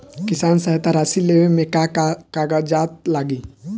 किसान सहायता राशि लेवे में का का कागजात लागी?